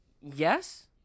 Yes